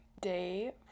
day